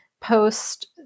post